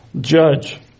judge